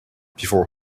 before